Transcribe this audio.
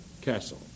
Castle